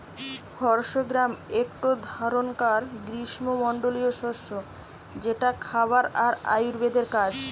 horse gram একটো ধরণকার গ্রীস্মমন্ডলীয় শস্য যেটা খাবার আর আয়ুর্বেদের কাজ